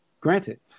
Granted